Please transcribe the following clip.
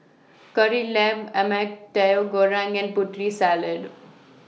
Kari Lemak Ayam Tauhu Goreng and Putri Salad